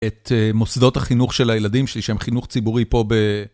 את מוסדות החינוך של הילדים שלי שהם חינוך ציבורי פה ב...